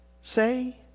say